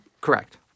Correct